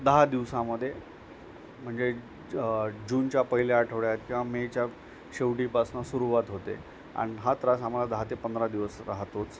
दहा दिवसांमध्ये म्हणजे ज् जूनच्या पहिल्या आठवड्यात किंवा मेच्या शेवटीपासून सुरुवात होते आहे आणि हा त्रास आम्हाला दहा ते पंधरा दिवस राहतोच